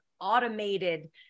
automated